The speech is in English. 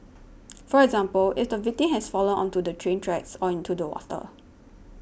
for example if the victim has fallen onto the train tracks or into the water